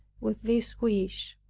with this wish,